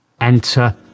Enter